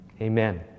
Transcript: Amen